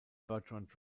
bertrand